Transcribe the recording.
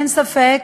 אין ספק